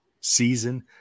season